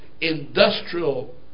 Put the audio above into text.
industrial